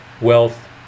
wealth